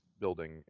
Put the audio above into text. building